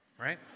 right